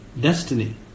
destiny